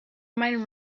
mind